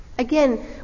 Again